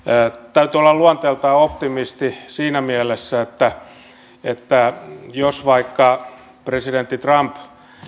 täytyy olla luonteeltaan optimisti siinä mielessä että että jos vaikka presidentti trump